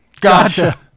Gotcha